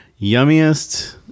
Yummiest